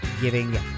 giving